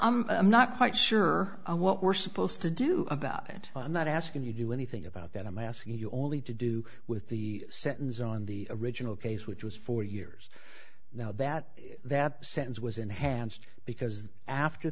i'm not quite sure what we're supposed to do about it i'm not asking you do anything about that i'm asking you only to do with the sentence on the original case which was for years now that that sentence was enhanced because after